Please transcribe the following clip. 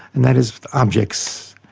and that is objects.